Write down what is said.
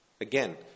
Again